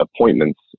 appointments